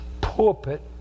pulpit